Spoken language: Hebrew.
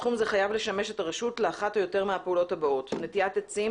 סכום זה חייב לשמש את הרשות לאחת או יותר מהפעולות הבאות: נטיעת עצים,